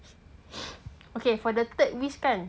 okay for the third wish kan